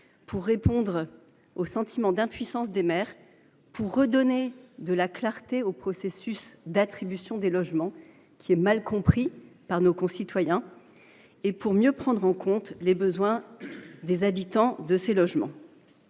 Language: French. pour répondre au sentiment d’impuissance des maires ; pour redonner de la clarté au processus d’attribution de logements, qui est mal compris par nos concitoyens ; pour mieux prendre en compte les besoins des habitants de ces logements.